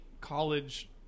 College